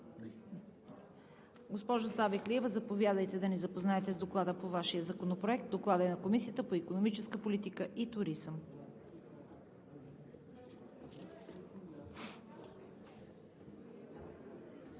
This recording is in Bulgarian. Госпожо Савеклиева, заповядайте да ни запознаете с Доклада по Вашия законопроект. Докладът е на Комисията по икономическа политика и туризъм.